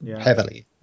heavily